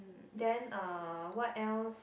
then uh what else